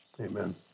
Amen